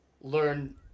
learn